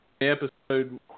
episode